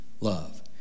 love